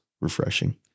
refreshing